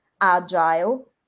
agile